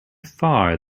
far